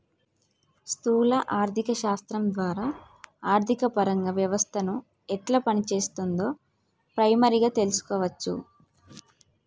స్థూల ఆర్థిక శాస్త్రం ద్వారా ఆర్థికపరంగా వ్యవస్థను ఎట్లా పనిచేత్తుందో ప్రైమరీగా తెల్సుకోవచ్చును